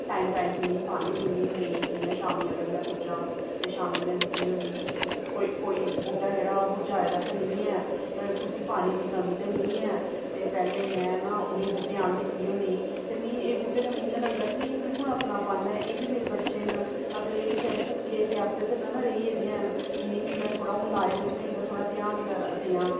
time time पर इनेंगी पानी दिन्नी होन्नीं जियां शामीं अगर मैं पुज्जां ते शामीं मैं दिक्खनी होन्नीं कि कुस कोई कोई बूह्टा जेह्ड़ा मुरझाए दा ते नेईं ऐ कुसी पानी दी कमी ते नेईं ऐ ते पैह्ले मैं ना उनें बूह्टें अ'ल्ल दिक्खनी होन्नीं ते मी एह् बूह्टें कन्नै इयां लगदा कि बिलकुल अपनापन ऐ एह् बी मेरे बच्चे न अगर एह् बेचारे भुक्खे प्यासे ते ना ना रेही गेदे हैन इनेंगी बी मैं थोह्ड़ा हून लाए दा ते मैं इं'दा थोह्ड़ा ध्यान करां देआं